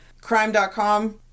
Crime.com